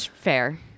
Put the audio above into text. Fair